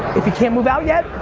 if you can't move out yet,